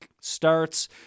starts